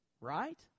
right